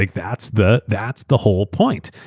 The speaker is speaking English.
like that's the that's the whole point.